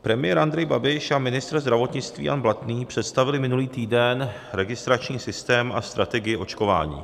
Premiér Andrej Babiš a ministr zdravotnictví Jan Blatný představili minulý týden registrační systém a strategii očkování.